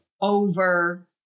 over